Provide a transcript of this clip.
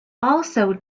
also